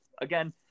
again